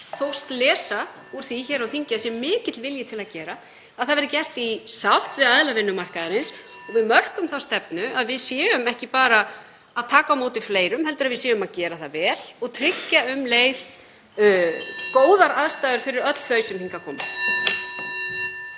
þóst lesa úr orðum fólks að sé mikill vilji til að gera hér á þingi, að það verði gert í sátt við aðila vinnumarkaðarins og að við mörkum þá stefnu að við séum ekki bara að taka á móti fleirum heldur að við séum að gera það vel og tryggja um leið góðar aðstæður fyrir öll þau sem hingað koma.